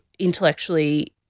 Intellectually